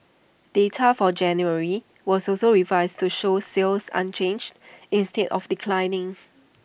data for January was also revised to show sales unchanged instead of declining